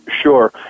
sure